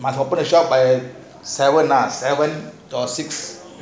must open the shop by seven ah seven or six